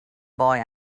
boy